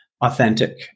authentic